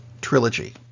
trilogy